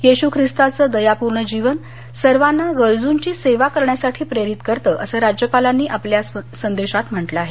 येशू खिस्ताचं दयापूर्ण जीवन सर्वांना गरजूंची सेवा करण्यासाठी प्रेरित करतं असं राज्यपालांनी आपल्या संदेशात म्हटलं आहे